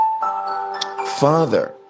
father